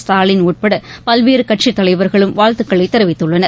ஸ்டாலின் உட்படபல்வேறுகட்சித்தலைவர்களும் வாழ்த்துக்களைதெரிவித்துள்ளனர்